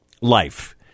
life